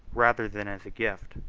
rather than as a gift.